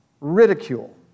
ridicule